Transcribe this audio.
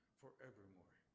forevermore